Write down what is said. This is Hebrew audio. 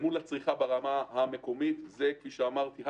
מול הצריכה ברמה המקומית כפי שאמרתי,